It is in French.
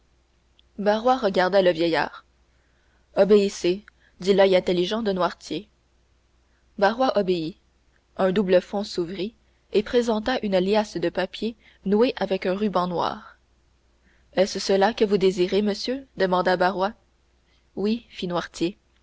regarda le vieillard obéissez dit l'oeil intelligent de noirtier barrois obéit un double fond s'ouvrit et présenta une liasse de papiers nouée avec un ruban noir est-ce cela que vous désirez monsieur demanda barrois